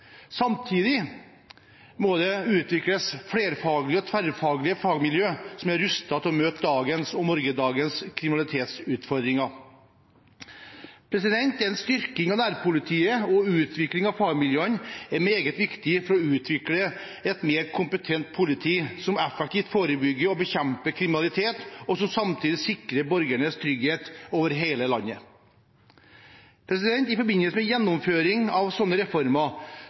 Samtidig må det utvikles flerfaglige og tverrfaglige fagmiljø som er rustet til å møte dagens og morgendagens kriminalitetsutfordringer. En styrking av nærpolitiet og utvikling av fagmiljøene er meget viktig for å utvikle et mer kompetent politi som effektivt forebygger og bekjemper kriminalitet, og som samtidig sikrer borgernes trygghet i hele landet. I forbindelse med gjennomføring av slike reformer